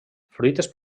fruites